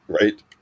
right